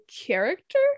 character